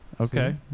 Okay